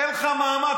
אין לך מעמד.